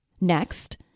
Next